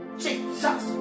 Jesus